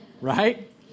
Right